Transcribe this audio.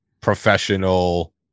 professional